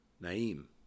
Naim